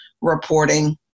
reporting